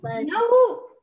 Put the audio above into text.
No